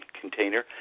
container